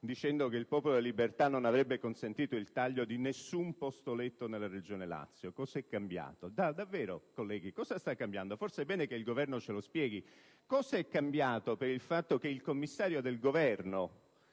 fatto che il Popolo della Libertà non avrebbe consentito il taglio di nessun posto letto nella Regione Lazio. Cosa è cambiato? Davvero, colleghi, cosa sta cambiando? Forse è bene che il Governo ce lo spieghi. Il commissario del Governo,